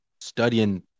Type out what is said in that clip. studying